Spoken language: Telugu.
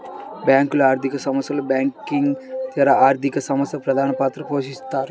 బ్యేంకులు, ఆర్థిక సంస్థలు, బ్యాంకింగేతర ఆర్థిక సంస్థలు ప్రధానపాత్ర పోషిత్తాయి